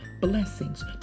blessings